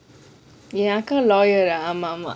என் அக்கா:en akka lawyer ஆமா ஆமா:aamaa aamaa